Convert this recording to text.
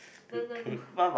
no no no